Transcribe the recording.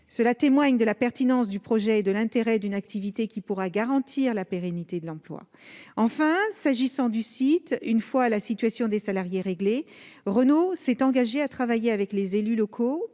Cela témoigne de la pertinence du projet et de l'intérêt d'une activité qui pourra garantir la pérennité de l'emploi. Enfin, Renault s'est engagé, une fois la situation des salariés réglée, à travailler avec les élus locaux